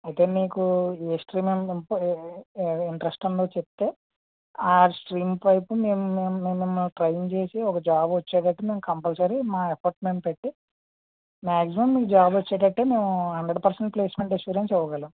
అయితే మీకు ఏ స్ట్రీమ్ అంటే ఇంట్రెస్ట్ ఉందో చెప్తే ఆ స్ట్రీమ్ వైపు మేము మిమ్మల్ని ట్రైన్ చేసి ఒక జాబ్ వచ్చేటట్టు మేము కంపల్సరీ మా ఎఫెక్ట్ మేం పెట్టి మ్యాక్సిమం మీకు జాబ్ వచ్చేటట్టు మేము హండ్రెడ్ పర్సెంట్ ప్లేస్మెంట్ అష్యూరెన్స్ ఇవ్వగలం